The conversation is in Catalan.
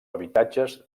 habitatges